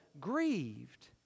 grieved